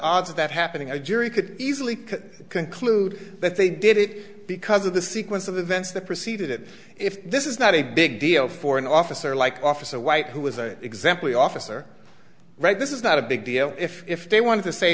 odds of that happening i jury could easily conclude that they did it because of the sequence of events that preceded it if this is not a big deal for an officer like officer white who was an exemplary officer right this is not a big deal if if they want to say